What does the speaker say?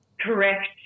correct